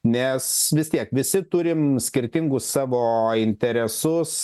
nes vis tiek visi turim skirtingus savo interesus